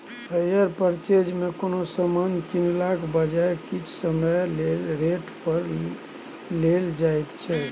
hire purchase मे कोनो समान कीनलाक बजाय किछ समय लेल रेंट पर लेल जाएत छै